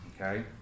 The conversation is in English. Okay